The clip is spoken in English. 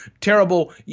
terrible –